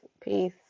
peace